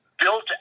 built